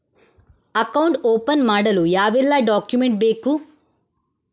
Account open ಮಾಡಲು ಯಾವೆಲ್ಲ document ಬೇಕು?